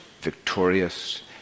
victorious